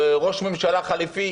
ראש ממשלה חליפי,